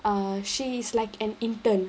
err she is like an intern